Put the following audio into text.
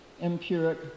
empiric